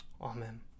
Amen